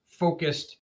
focused